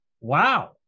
Wow